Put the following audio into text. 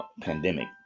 pandemic